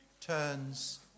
turns